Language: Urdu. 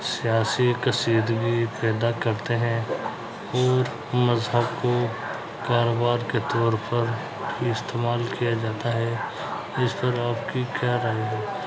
سیاسی کشیدگی پیدا کرتے ہیں اور مذہب کو کاروبار کے طور پر استعمال کیا جاتا ہے اس پر آپ کی کیا رائے ہے